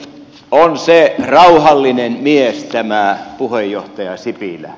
on se rauhallinen mies tämä puheenjohtaja sipilä